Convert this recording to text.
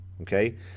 okay